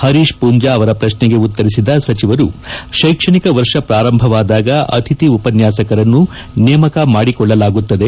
ಹರೀಶ್ ಪೂಂಜಾ ಅವರ ಪ್ರಶ್ನೆಗೆ ಉತ್ತರಿಸಿದ ಸಚಿವರು ಶೈಕ್ಷಣಿಕ ವರ್ಷ ಪ್ರಾರಂಭವಾದಾಗ ಅತಿಥಿ ಉಪನ್ಯಾಸಕರನ್ನು ನೇಮಕ ಮಾಡಿಕೊಳ್ಳಲಾಗುತ್ತದೆ